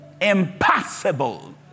impossible